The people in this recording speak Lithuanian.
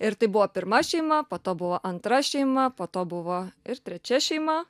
ir tai buvo pirma šeima po to buvo antra šeima po to buvo ir trečia šeima